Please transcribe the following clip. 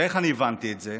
איך אני הבנתי את זה?